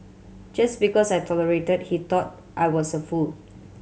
just because I tolerated he thought I was a fool